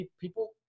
People